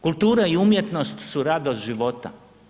Kultura i umjetnost su radost života.